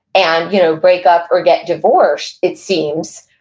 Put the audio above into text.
and you know, break up or get divorced, it seems,